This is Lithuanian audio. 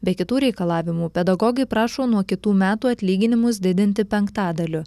be kitų reikalavimų pedagogai prašo nuo kitų metų atlyginimus didinti penktadaliu